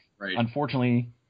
unfortunately